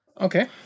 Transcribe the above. okay